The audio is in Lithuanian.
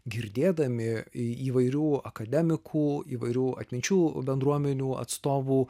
girdėdami įvairių akademikų įvairių atminčių bendruomenių atstovų